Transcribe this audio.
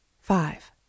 five